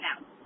now